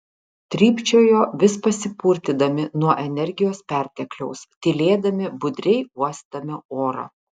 trypčiojo vis pasipurtydami nuo energijos pertekliaus tylėdami budriai uosdami orą